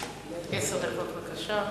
מקלב, בבקשה.